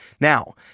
Now